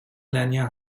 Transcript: lanier